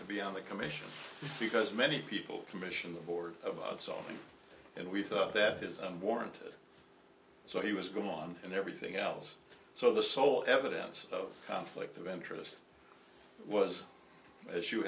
to be on the commission because many people commission the board of us often and we thought that is unwarranted so he was going on and everything else so the sole evidence of conflict of interest was as you